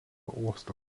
uosto